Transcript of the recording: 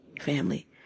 family